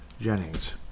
Jennings